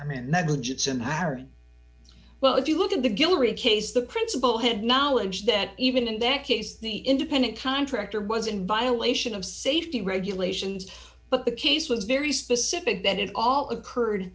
inherent well if you look at the guillory case the principal had knowledge that even in that case the independent contractor was in violation of safety regulations but the case was very specific that it all occurred